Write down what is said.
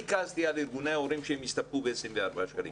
אני כעסתי על ארגוני ההורים שהם הסתפקו ב-24 שקלים,